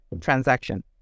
transaction